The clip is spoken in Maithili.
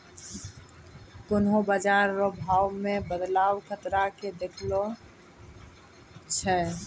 कोन्हों बाजार रो भाव मे बदलाव खतरा के देखबै छै